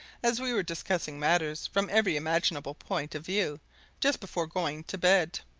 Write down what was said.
as we were discussing matters from every imaginable point of view just before going to bed.